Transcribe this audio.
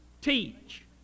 Teach